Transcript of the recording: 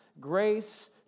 grace